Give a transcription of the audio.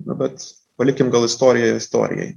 nu bet palikim gal istoriją istorijai